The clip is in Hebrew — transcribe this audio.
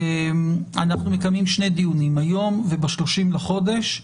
אנחנו מקיימים שני דיונים, היום וב-30 בחודש.